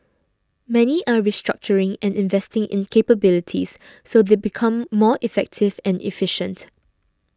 many are restructuring and investing in capabilities so they become more effective and efficient